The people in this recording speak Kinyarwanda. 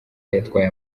yatwaye